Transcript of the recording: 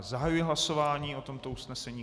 Zahajuji hlasování o tomto usnesení.